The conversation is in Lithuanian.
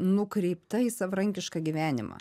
nukreipta į savarankišką gyvenimą